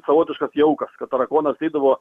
savotiškas jaukas kad tarakonas ateidavo